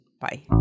Bye